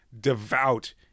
devout